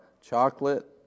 chocolate